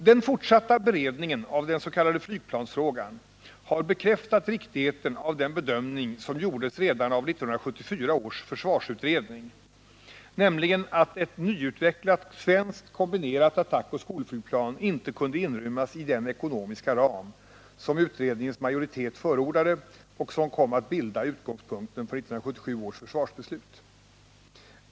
Den fortsatta beredningen av den s.k. flygplansfrågan har bekräftat riktigheten av den bedömning som gjordes redan av 1974 års försvarsutredning, nämligen att ett nyutvecklat svenskt kombinerat attackoch skolflygplan inte kunde inrymmas i den ekonomiska ram som utredningens majoritet förordade och som kom att bilda utgångspunkten för 1977 års försvarsbeslut.